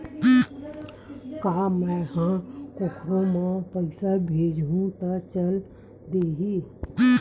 का मै ह कोखरो म पईसा भेजहु त चल देही?